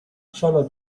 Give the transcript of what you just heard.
solo